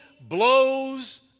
blows